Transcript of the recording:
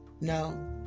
No